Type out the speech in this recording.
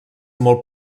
molt